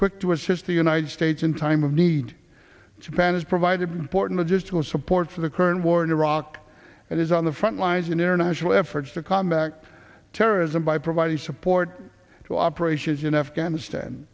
quick to assist the united states in time of need to plan is provided support not just will support for the current war in iraq it is on the front lines in international efforts to combat terrorism by providing support to operations in afghanistan